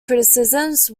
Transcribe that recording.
criticisms